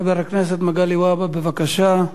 חבר הכנסת מגלי והבה, בבקשה,